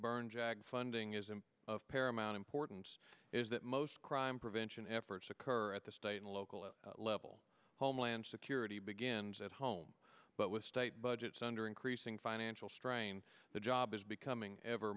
burn jag funding is and of paramount importance is that most crime prevention efforts occur at the state and local level homeland security begins at home but with state budgets under increasing financial strain the job is becoming ever